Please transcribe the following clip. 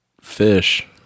fish